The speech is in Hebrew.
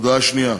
הודעה שנייה.